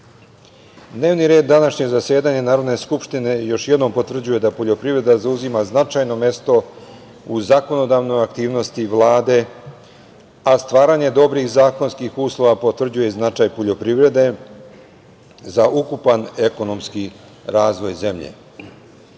dnevni red današnjeg zasedanja Narodne skupštine još jednom potvrđuje da poljoprivreda zauzima značajno mesto u zakonodavnoj aktivnosti Vlade, a stvaranje dobrih zakonskih uslova potvrđuje i značaj poljoprivrede za ukupan ekonomski razvoj zemlje. Ako